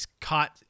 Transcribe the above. caught